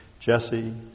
Jesse